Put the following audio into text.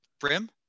brim